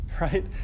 right